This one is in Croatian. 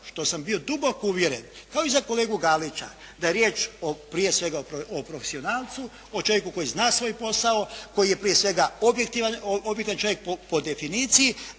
što sam bio duboko uvjeren kao i za kolegu Galića da je riječ o prije svega profesionalcu, o čovjeku koji zna svoj posao, koji je prije svega …/Govornik se ne razumije./… čovjek po definiciji,